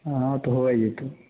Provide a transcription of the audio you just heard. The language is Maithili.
हँ तऽ होइ जेतौ